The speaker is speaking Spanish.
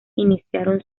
iniciaron